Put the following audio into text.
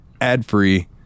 ad-free